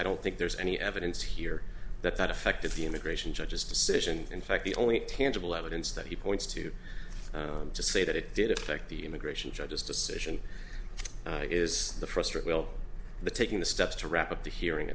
i don't think there's any evidence here that that affected the immigration judge's decision in fact the only tangible evidence that he points to to say that it did affect the immigration judge's decision is the first will the taking the steps to wrap up the hearing